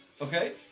Okay